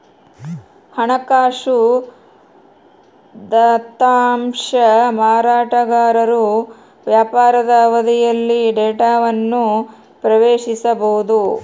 ಹಣಕಾಸು ದತ್ತಾಂಶ ಮಾರಾಟಗಾರರು ವ್ಯಾಪಾರದ ಅವಧಿಯಲ್ಲಿ ಡೇಟಾವನ್ನು ಪ್ರವೇಶಿಸಬೊದು